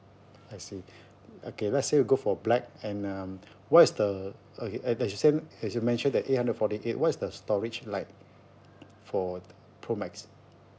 I see okay let's say we go for black and um what is the okay as you said as you mentioned that eight hundred forty eight what is the storage like for pro max